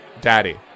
Daddy